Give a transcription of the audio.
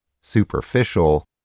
superficial